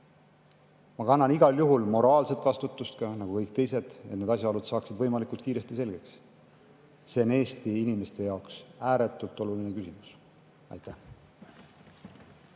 Ma kannan igal juhul moraalset vastutust nagu kõik teised, et need asjaolud saaksid võimalikult kiiresti selgeks. See on Eesti inimeste jaoks ääretult oluline küsimus. Aitäh!